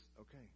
okay